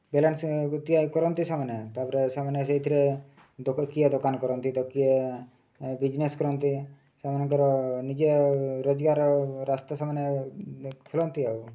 balance ତିଆରି କରନ୍ତି ସେମାନେ ତା'ପରେ ସେମାନେ ସେଥିରେ କିଏ ଦୋକାନ କରନ୍ତି ତ କିଏ ବିଜ୍ନେସ୍ କରନ୍ତି ସେମାନଙ୍କର ନିଜେ ରୋଜଗାର ରାସ୍ତା ସେମାନେ ଖୋଲନ୍ତି ଆଉ